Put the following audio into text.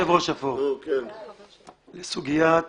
30. סוגיית הפטור,